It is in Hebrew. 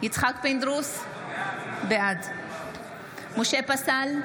יצחק פינדרוס, בעד משה פסל,